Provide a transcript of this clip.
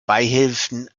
beihilfen